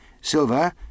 Silver